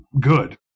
good